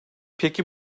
peki